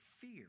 fear